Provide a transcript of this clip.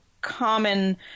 common